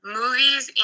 movies